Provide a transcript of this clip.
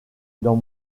dans